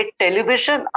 television